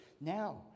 Now